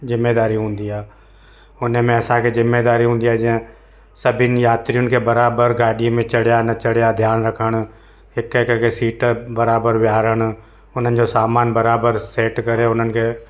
ज़िमेदारी हूंदी आहे हुनमें असांखे ज़िमेदारी हूंदी आहे जीअं सभिनि यात्रियुनि खे बराबरि गाॾीअ में चढ़िया न चढ़िया ध्यानु रखणु हिक हिक खे सीट बराबरि विहारणु हुननि जो सामान बराबरि सेट करे हुननि खे